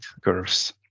curves